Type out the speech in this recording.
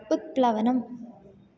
उत्प्लवनम्